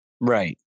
right